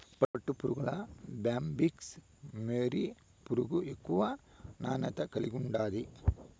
పట్టుపురుగుల్ల Bombyx mori పురుగు ఎక్కువ నాణ్యత కలిగుండాది